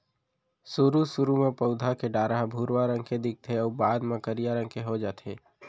सुरू सुरू म पउधा के डारा ह भुरवा रंग के दिखथे अउ बाद म करिया रंग के हो जाथे